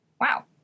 Wow